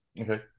okay